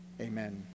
amen